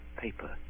paper